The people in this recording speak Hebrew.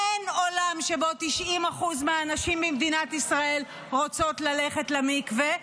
אין עולם שבו 90% מהנשים ממדינת ישראל רוצות ללכת למקווה,